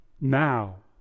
now